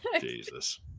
Jesus